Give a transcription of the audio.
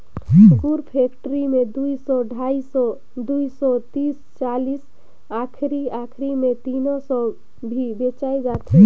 गुर फेकटरी मे दुई सौ, ढाई सौ, दुई सौ तीस चालीस आखिरी आखिरी मे तीनो सौ भी बेचाय जाथे